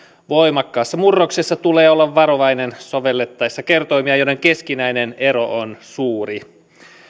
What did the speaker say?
voimakkaassa murroksessa tulee olla varovainen sovellettaessa kertoimia joiden keskinäinen ero on suuri